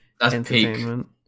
entertainment